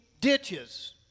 ditches